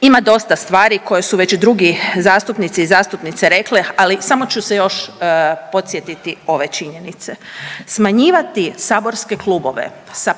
ima dosta stvari koje su već drugi zastupnici i zastupnice rekle ali samo ću se još podsjetiti ove činjenice. Smanjivati saborske klubove sa 5 na